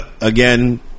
again